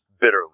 bitterly